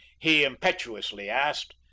he impetuously asked